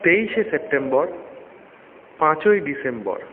তেইশে সেপ্টেম্বর পাঁচই ডিসেম্বর